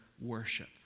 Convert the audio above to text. worship